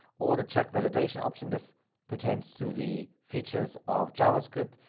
or to check validation option. this pertains to the features of javascript,